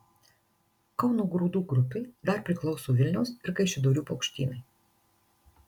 kauno grūdų grupei dar priklauso vilniaus ir kaišiadorių paukštynai